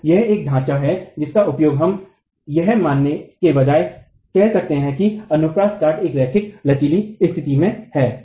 तो यह एक ढांचा है जिसका उपयोग हम यह मानने के बजाय कह सकते हैं कि अनुप्रस्थ काट एक रैखिक लचीली स्थिति में है